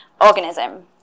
organism